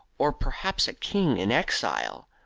or perhaps a king in exile.